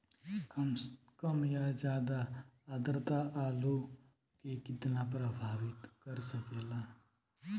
कम या ज्यादा आद्रता आलू के कितना प्रभावित कर सकेला?